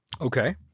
Okay